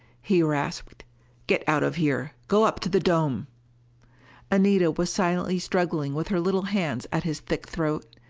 he rasped get out of here! go up to the dome anita was silently struggling with her little hands at his thick throat.